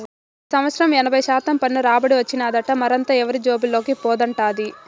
ఈ సంవత్సరం ఎనభై శాతం పన్ను రాబడి వచ్చినాదట, మరదంతా ఎవరి జేబుల్లోకి పోతండాది